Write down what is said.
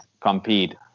compete